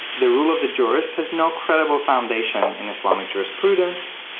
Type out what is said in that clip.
the rule of the jurist has no credible foundation in islamic jurisprudence.